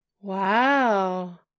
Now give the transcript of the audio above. Wow